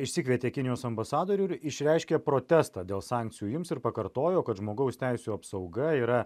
išsikvietė kinijos ambasadorių ir išreiškė protestą dėl sankcijų jums ir pakartojo kad žmogaus teisių apsauga yra